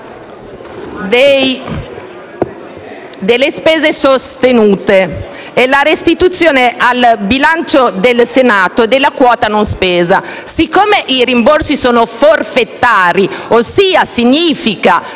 delle spese sostenute e la restituzione al bilancio del Senato della quota non spesa. Siccome i rimborsi sono forfetari, ossia significa che